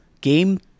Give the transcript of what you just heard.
game